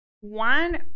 one